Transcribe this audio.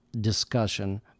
discussion